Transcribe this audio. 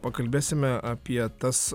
pakalbėsime apie tas